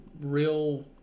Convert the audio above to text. real